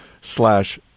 slash